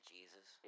Jesus